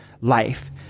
life